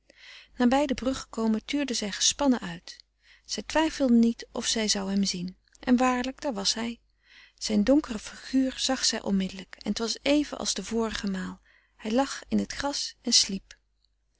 nabij de brug gekomen tuurde zij gespannen uit zij twijfelde niet of zij zou hem zien en waarlijk daar was hij zijn donkere figuur zag zij onmiddelijk en t was even als de vorige maal hij lag in t gras en sliep